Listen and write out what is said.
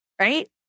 right